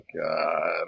God